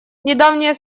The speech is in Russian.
недавние